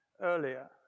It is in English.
earlier